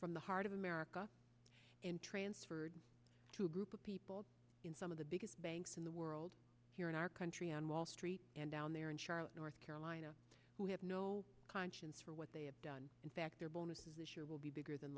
from the heart of america and transferred to a group of people in some of the biggest banks in the world here in our country on wall street and down there in charlotte north carolina who have no conscience for what they have done in fact their bonuses this year will be bigger than